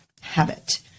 habit